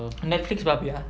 netflix பாப்பியா:paappiyaa